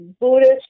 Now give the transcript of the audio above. Buddhist